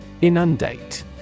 Inundate